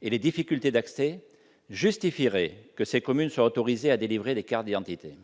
et les difficultés d'accès, justifierait que ces communes soient autorisées à délivrer les cartes d'identité.